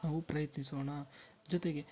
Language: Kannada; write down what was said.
ನಾವು ಪ್ರಯತ್ನಿಸೋಣ ಜೊತೆಗೆ